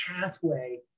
pathway